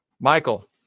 Michael